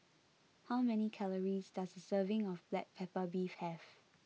how many calories does a serving of Black Pepper Beef have